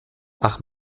ach